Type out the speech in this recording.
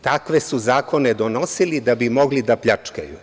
Takve su zakone donosili da bi mogli da pljačkaju.